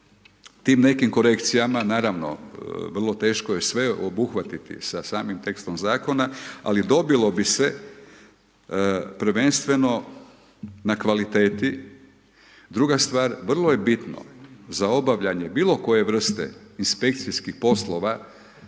tim nekim korekcijama, naravno vrlo teško je sve obuhvatiti sa samim tekstom zakona, ali dobilo bi se prvenstveno na kvaliteti. Druga stvar, vrlo je bitno za obavljanje bilo koje vrste inspekcijskih poslova